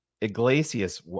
Iglesias